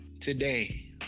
today